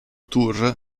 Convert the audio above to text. tour